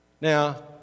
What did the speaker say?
Now